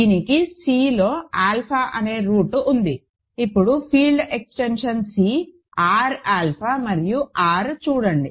దీనికి C లో alpha అనే రూట్ ఉంది ఇప్పుడు field extension C R alpha మరియు R చూడండి